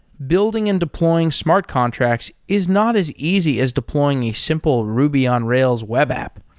building and deploying smart contracts is not as easy as deploying a simple ruby on rails web app.